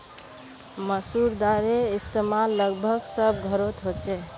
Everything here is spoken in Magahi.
मसूर दालेर इस्तेमाल लगभग सब घोरोत होछे